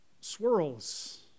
swirls